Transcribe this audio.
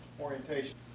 orientation